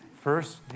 first